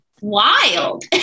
wild